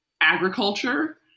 agriculture